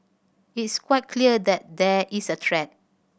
it's quite clear that there is a threat